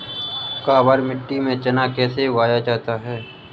काबर मिट्टी में चना कैसे उगाया जाता है?